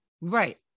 Right